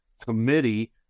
Committee